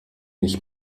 ich